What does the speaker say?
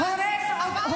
לא הבנתי, לא הבנתי.